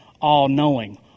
all-knowing